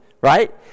right